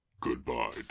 goodbye